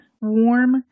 warm